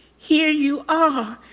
here you are,